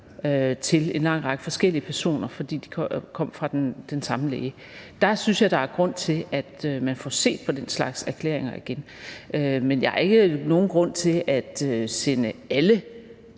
om en lang række forskellige personer, fordi de kom fra den samme læge. Der synes jeg der er grund til, at man får set på den slags erklæringer igen. Men jeg ser ikke nogen grund til at sende alle